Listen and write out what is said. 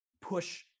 push